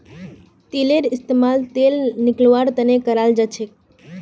तिलेर इस्तेमाल तेल निकलौव्वार तने कराल जाछेक